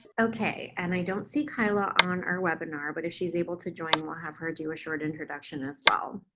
okay, and i don't see kyla on our webinar, but if she's able to join, we'll have her do a short introduction as well.